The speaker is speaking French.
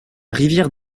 rivière